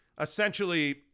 essentially